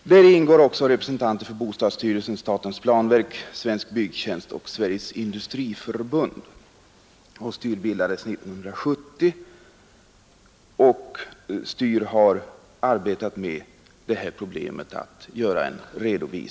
Vidare ingår representanter för bostadsstyrelsen, statens planverk, Svensk byggtjänst och Sveriges industriförbund. STYR bildades 1970.